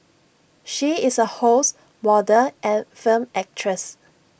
she is A host model and film actress